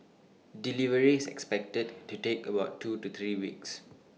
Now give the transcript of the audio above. delivery is expected to take about two to three weeks